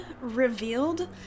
revealed